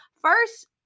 First